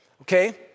okay